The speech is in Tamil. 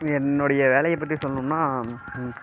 என்னுடைய வேலையை பற்றி சொல்லணும்னா இந்